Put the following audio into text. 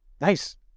Nice